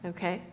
Okay